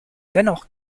dennoch